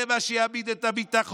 זה מה שיעמיד את הביטחון,